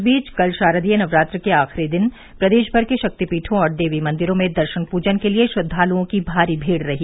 इस बीच कल शारदीय नवरात्र के आखिरी दिन प्रदेश भर के शक्तिपीठों और देवी मंदिरों में दर्शन पूजन के लिए श्रद्वालुओं की भारी भीड़ रही